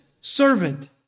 servant